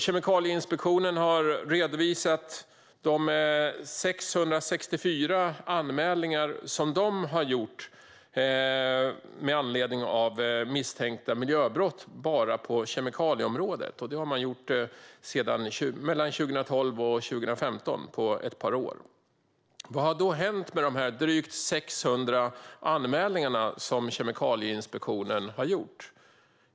Kemikalieinspektionen har gjort 664 anmälningar av misstänkta miljöbrott på kemikalieområdet mellan 2012 och 2015. Vad har då hänt med dessa anmälningar?